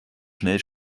schnell